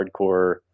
hardcore